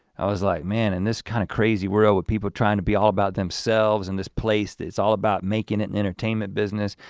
i was like man in this kind of crazy world with people trying to be all about themselves and this place, it's all about making it an entertainment business,